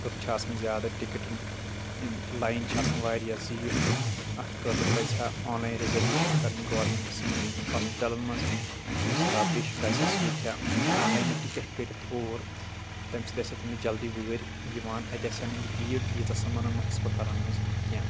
لُکھ آسان زیٛادٕ ٹِکٹن یِم لاین چھ آسان واریاہ زیٖٹھ اَتھ خأطر پزِ ہا آن لاین رِزرویشن کرٕنۍ گورمِنٹس یِمن ہاسپِٹلن منٛز یُس پیشنٹ آسہِ ہا سُہ ہیٚکہِ ہا آن لاینے ٹِکٹ کٔرِتھ اور تٔمہِ سۭتۍ آسہِ ہا تٔمِس جلدی وأرۍ یِوان اَتہِ آسہِ ہا نہٕ یہِ بیٖڈ ییٖژاہ سمان أمَن ہسپتالن منٛز کیٚنٛہہ